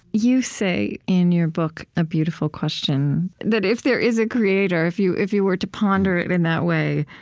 you say, in your book, a beautiful question, that if there is a creator, if you if you were to ponder it in that way,